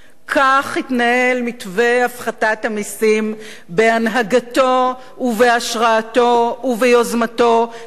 כך התנהל מתווה הפחתת המסים בהנהגתו ובהשראתו וביוזמתו של,